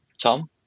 Tom